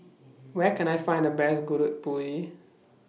Where Can I Find The Best Gudeg Putih